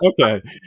Okay